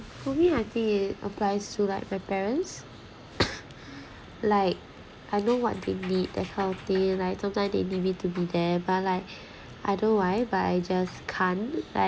for me I think it applies to like my parents like I know what they need that kind of thing like sometime they need me to be there but like I know why but I just can't like